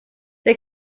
they